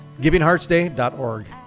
givingheartsday.org